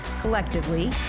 collectively